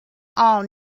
all